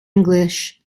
english